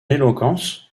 éloquence